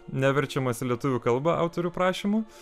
neverčiamas į lietuvių kalbą autorių prašymu